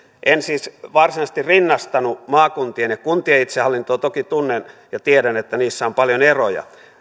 en siis varsinaisesti rinnastanut maakuntien ja kuntien itsehallintoa toki tunnen ja tiedän että niissä on paljon eroja